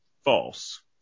False